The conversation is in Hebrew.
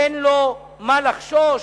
אין לו מה לחשוש.